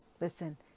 listen